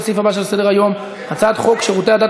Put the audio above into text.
לסעיף הבא שעל סדר-היום: הצעת חוק שירותי הדת